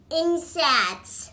insects